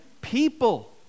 people